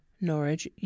Norwich